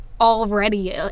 already